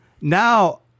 Now